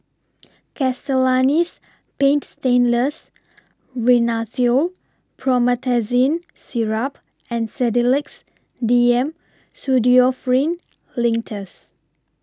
Castellani's Paint Stainless Rhinathiol Promethazine Syrup and Sedilix D M Pseudoephrine Linctus